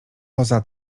poza